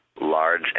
large